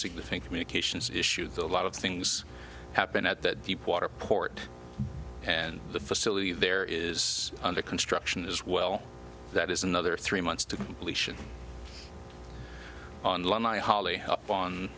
significant medications issue though a lot of things happen at that deepwater port and the facility there is under construction as well that is another three months to completion online i wholey up on